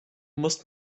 musst